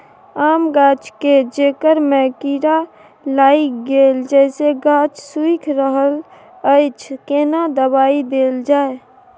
आम गाछ के जेकर में कीरा लाईग गेल जेसे गाछ सुइख रहल अएछ केना दवाई देल जाए?